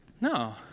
No